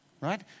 right